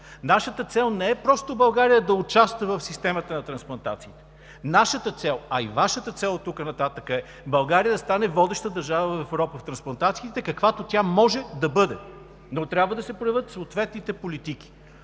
Нашата цел не е просто България да участва в системата на трансплантациите. Нашата цел, а и Вашата цел оттук нататък, е България да стане водеща държава в Европа в трансплантациите, каквато тя може да бъде, но трябва да се проявят съответните политики.